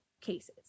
cases